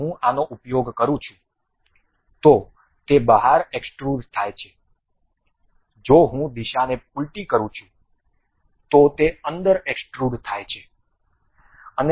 જો હું આનો ઉપયોગ કરું છું તો તે બહાર એક્સ્ટ્રુડ થાય છે જો હું દિશાને ઉલટી કરું તો તે અંદર એક્સ્ટ્રુડ થાય છે